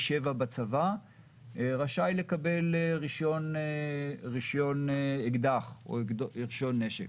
7 בצבא רשאי לקבל רישיון אקדח או רישיון נשק.